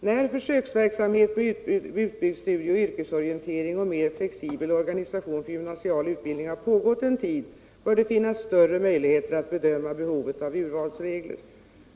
När försöksverksamhet med utbyggd studieoch yrkesorientering och mer flexibel organisation för gymnasial utbildning har pågått en tid, bör det finnas större möjligheter att bedöma behovet av urvalsregler.